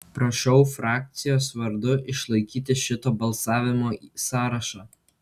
prašau frakcijos vardu išlaikyti šito balsavimo sąrašą